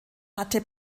hatte